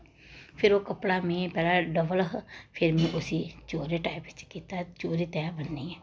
फिर ओह् कपड़ा में पैह्लै डबल हा फिर में उस्सी चौरे टाईप च कीता चौरी तैह् ब'न्नियै